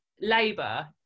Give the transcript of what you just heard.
labour